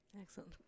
Excellent